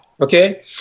Okay